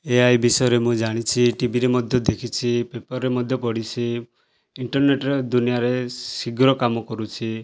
ଏ I ବିଷୟରେ ମୁଁ ଜାଣିଛି ଟିଭିରେ ମଧ୍ୟ ଦେଖିଛି ପେପର୍ରେ ମଧ୍ୟ ପଢ଼ିଛି ଇଣ୍ଟର୍ନେଟ୍ର ଦୁନିଆରେ ଶୀଘ୍ର କାମ କରୁଛି